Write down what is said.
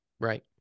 Right